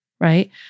right